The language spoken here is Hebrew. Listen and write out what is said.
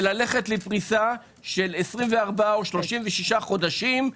וללכת לפריסה של 24 או 36 חודשים.